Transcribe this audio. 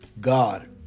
God